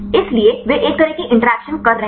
इसलिए वे एक तरह की इंटरैक्शन कर रहे हैं